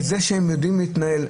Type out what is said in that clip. את זה שהם יודעים להתנהל.